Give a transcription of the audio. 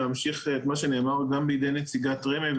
להמשיך את מה שנאמר גם בידי נציגת רמ"י,